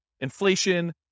inflation